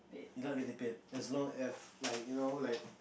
without getting paid as long as like you know like